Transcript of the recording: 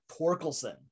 Torkelson